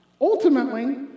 Ultimately